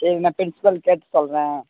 சரி நான் ப்ரின்ஸ்பல் கேட்டு சொல்கிறேன்